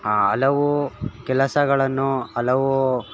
ಹಲವು ಕೆಲಸಗಳನ್ನು ಹಲವು